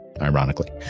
ironically